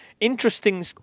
interesting